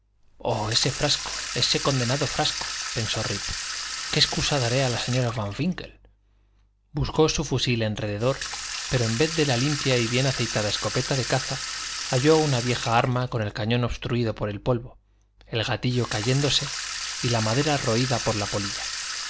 oh ese frasco ese condenado frasco pensó rip qué excusa daré a la señora van winkle buscó su fusil al rededor pero en vez de la limpia y bien aceitada escopeta de caza halló una vieja arma con el cañón obstruido por el polvo el gatillo cayéndose y la madera roída por la polilla